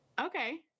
Okay